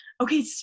Okay